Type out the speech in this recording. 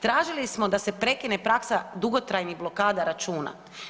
Tražili smo da se prekine praksa dugotrajnih blokada računa.